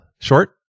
short